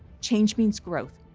change means growth.